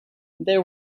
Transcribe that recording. there